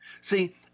See